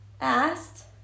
asked